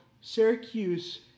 Syracuse